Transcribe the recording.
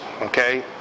okay